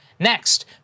Next